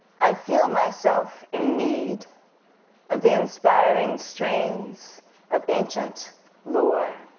i feel myself in need of the inspiring strains of ancient lore.